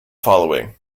following